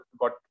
got